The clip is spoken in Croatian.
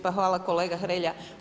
Pa hvala kolega Hrelja.